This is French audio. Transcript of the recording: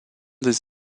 des